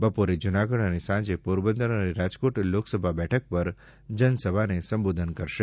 બપોરે જૂનાગઢ અને સાંજે પોરબંદર અને રાજકોટ લોકસભા બેઠક પર જનસભાને સંબોધન કરશે